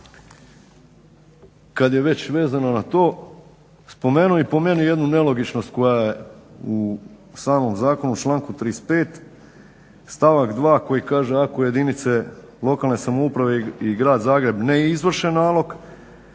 kada je već vezano za to spomenuo jednu nelogičnost koja je u samom zakonu u članku 35.stavak 2. Koji kaže "ako jedinice lokalne samouprave i grad Zagreb ne izvrše nalog